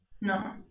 no